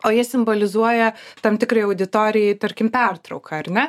o jie simbolizuoja tam tikrai auditorijai tarkim pertrauką ar ne